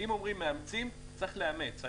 אם מאמצים, צריך לאמץ.